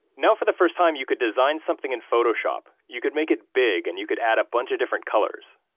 now for the first time you could design something in photoshop, you could make it big, and you could add a bunch of different colors,